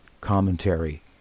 commentary